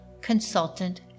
consultant